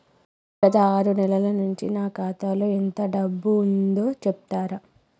గత ఆరు నెలల నుంచి నా ఖాతా లో ఎంత డబ్బు ఉందో చెప్తరా?